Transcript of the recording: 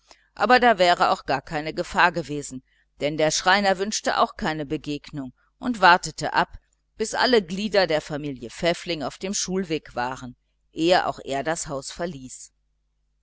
aber da wäre gar keine gefahr gewesen auch der schreiner wünschte keine begegnung und wartete ab bis alle glieder der familie pfäffling auf dem schulweg waren ehe auch er das haus verließ